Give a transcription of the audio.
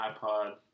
iPod